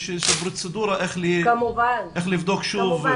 יש איזושהי פרוצדורה איך לבדוק שוב.